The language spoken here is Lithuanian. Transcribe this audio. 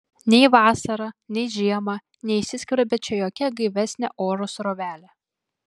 nei vasarą nei žiemą neįsiskverbia čia jokia gaivesnė oro srovelė